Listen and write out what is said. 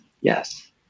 Yes